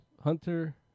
Hunter